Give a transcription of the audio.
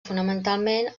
fonamentalment